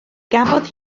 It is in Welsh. gafodd